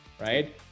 right